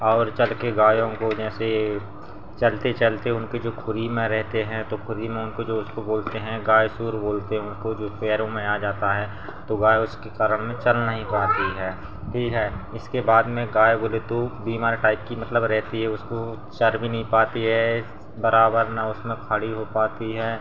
और चर के गायों को जैसे चलते चलते उनके जो खुरी में रहते हैं तो खुली में उनको जो उसको बोलते हैं गायसुर बोलते हैं उसको जो पैरों में आ जाता है तो गाय उसके कारण में चल नहीं पाती है ठीक है इसके बाद में गाय बोले तो बीमार टाइप की मतलब रहती है उसको चर भी नहीं पाती है बराबर ना उसमें खड़ी हो पाती है